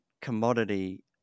commodity